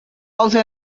also